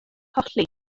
colli